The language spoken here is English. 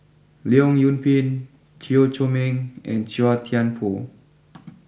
Leong Yoon Pin Chew Chor Meng and Chua Thian Poh